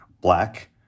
black